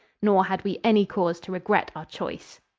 nor had we any cause to regret our choice.